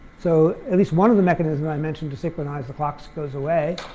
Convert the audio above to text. so at least one of the mechanisms i mentioned to synchronize the clocks goes away.